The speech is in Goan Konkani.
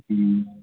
हां